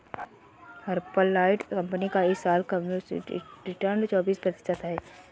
Herbalife company का इस साल एब्सोल्यूट रिटर्न चौबीस प्रतिशत है